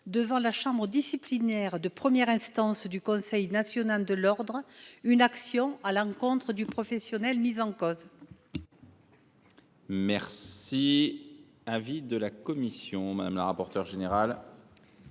devant la chambre disciplinaire de première instance du Conseil national de l’ordre, une action à l’encontre du professionnel mis en cause. Quel